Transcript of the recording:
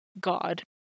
god